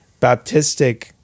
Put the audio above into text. Baptistic